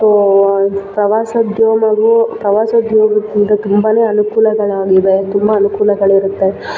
so ಪ್ರವಾಸೋದ್ಯಮವು ಪ್ರವಾಸೋದ್ಯಮದಿಂದ ತುಂಬ ಅನುಕೂಲಗಳಾಗಿವೆ ತುಂಬ ಅನುಕೂಲಗಳಿರುತ್ತೆ